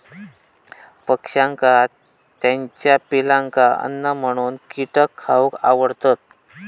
पक्ष्यांका त्याच्या पिलांका अन्न म्हणून कीटक खावक आवडतत